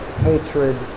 hatred